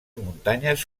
muntanyes